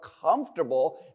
comfortable